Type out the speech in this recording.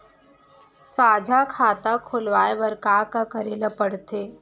साझा खाता खोलवाये बर का का करे ल पढ़थे?